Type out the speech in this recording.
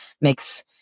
makes